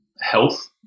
health